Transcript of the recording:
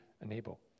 enable